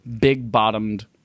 big-bottomed